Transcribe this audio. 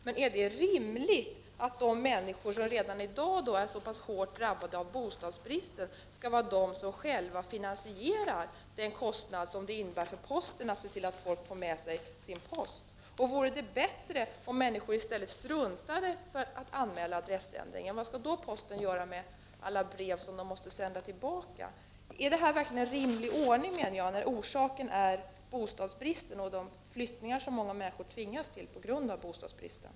Men är det rimligt att de människor som redan i dag är hårt drabbade av bostadsbristen skall vara de som finansierar kostnaden för postens uppgift att se till att folk får sin post? Vore det bättre om människor i stället struntade i att anmäla adressändring? Vad skulle posten då göra med alla brev som posten måste sända tillbaka? Är det här verkligen en rimlig ordning? Orsaken är ju bostadsbristen och de flyttningar som många människor tvingas till på grund av denna.